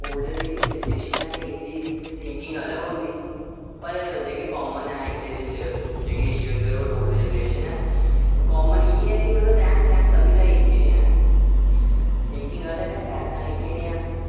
older जेह्की generation ऐ ते इन्दी थिंकिंग अलग होंदी पर जेह्की कामन ऐ इन्दे विच जेह्की यंगर और ओल्ड जनरेशन ऐ कामन इय्यै की मतलब रैह्न सैह्न सभी दा इक्कै नेहा थिंकिंग अलग ऐ रैह्न सैह्न इक्कै नेहा